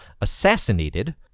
assassinated